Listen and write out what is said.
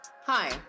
Hi